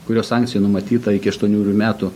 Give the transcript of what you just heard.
kurio sankcijoj numatyta iki aštuonerių metų